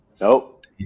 Nope